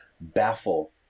baffle